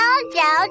Jojo